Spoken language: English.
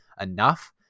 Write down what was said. enough